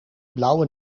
blauwe